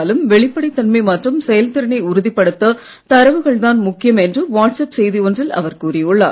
எந்த துறையிலும் வெளிப்படைத் தன்மை மற்றும் செயல்திறனை உறுதிப்படுத்த தரவுகள்தான் முக்கியம் என்று வாட்ஸ்அப் செய்தி ஒன்றில் அவர் கூறியுள்ளார்